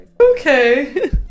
Okay